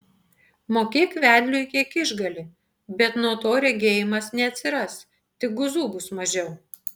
mokėk vedliui kiek išgali bet nuo to regėjimas neatsiras tik guzų bus mažiau